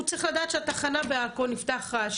הוא צריך לדעת שהתחנה בעכו נפתחת,